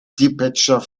departure